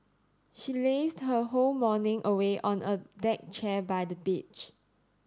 she lazed her whole morning away on a deck chair by the beach